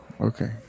okay